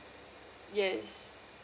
yes